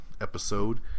episode